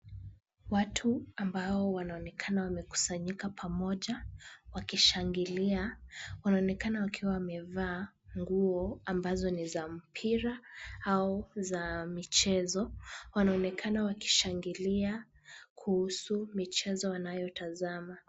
Watu ambao wanaonekana wamekusanyika pamoja wakishangilia. Wanaonekana wakiwa wamevaa nguo ambazo ni za mpira au za michezo. Wanaonekana wakishangilia kuhusu michezo wanayoitazama.